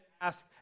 ask